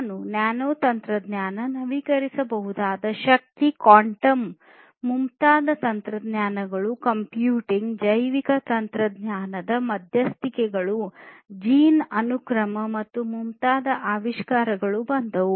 ನಂತರ ನ್ಯಾನೊ ತಂತ್ರಜ್ಞಾನ ನವೀಕರಿಸಬಹುದಾದ ಶಕ್ತಿ ಕ್ವಾಂಟಮ್ ಮುಂತಾದ ತಂತ್ರಜ್ಞಾನಗಳು ಕಂಪ್ಯೂಟಿಂಗ್ ಜೈವಿಕ ತಂತ್ರಜ್ಞಾನದ ಮಧ್ಯಸ್ಥಿಕೆಗಳು ಜೀನ್ ಅನುಕ್ರಮ ಮತ್ತು ಮುಂತಾದ ಆವಿಷ್ಕಾರಗಳು ಬಂದವು